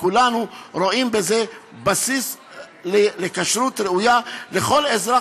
וכולנו רואים בזה בסיס לכשרות ראויה לכל אזרח